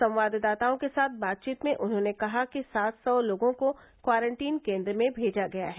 संवाददाताओं के साथ बातचीत में उन्होंने कहा कि सात सौ लोगों को क्वारंटीन केन्द्र में भेजा गया है